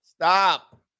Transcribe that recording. Stop